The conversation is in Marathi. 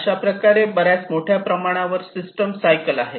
अशा प्रकारे बऱ्याच मोठ्या प्रमाणावर सिस्टम सायकल आहे